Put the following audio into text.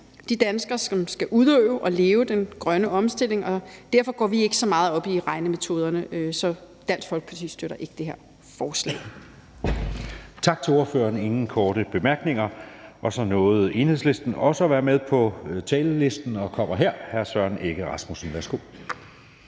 de danskere, som skal udøve og leve den grønne omstilling – og derfor går vi ikke så meget op i regnemetoderne. Så Dansk Folkeparti støtter ikke det her forslag. Kl. 17:01 Anden næstformand (Jeppe Søe): Tak til ordføreren. Der er ingen korte bemærkninger. Så nåede Enhedslisten også at komme med på talerlisten og kommer her. Hr. Søren Egge Rasmussen, værsgo.